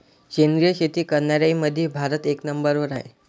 सेंद्रिय शेती करनाऱ्याईमंधी भारत एक नंबरवर हाय